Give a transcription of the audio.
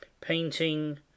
Painting